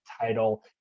title